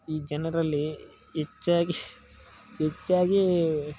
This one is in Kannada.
ಈ ಜನರಲ್ಲಿ ಹೆಚ್ಚಾಗಿ ಹೆಚ್ಚಾಗಿ